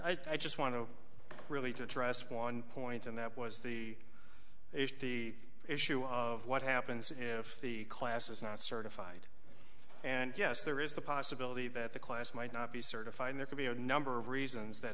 you i just want to really to address one point and that was the the issue of what happens if the class is not certified and yes there is the possibility that the class might not be certified there could be a number of reasons that